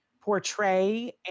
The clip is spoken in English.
portray